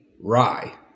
rye